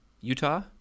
Utah